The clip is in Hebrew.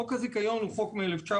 חוק הזיכיון הוא חוק מ-1961,